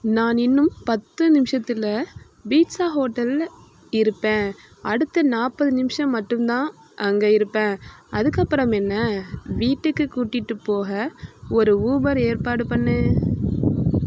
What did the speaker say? நான் இன்னும் பத்து நிமிஷத்தில் பீட்சா ஹோட்டலில் இருப்பேன் அடுத்த நாற்பது நிமிஷம் மட்டும் தான் அங்கே இருப்பேன் அதுக்கு அப்புறம் என்ன வீட்டுக்கு கூட்டிகிட்டு போக ஒரு ஊபர் ஏற்பாடு பண்ணு